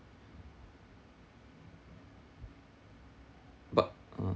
but uh